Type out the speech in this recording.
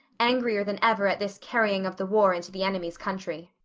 angrier than ever at this carrying of the war into the enemy's country.